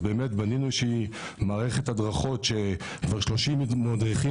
באמת בנינו איזה מערכת הדרכות שכבר 30 מדריכים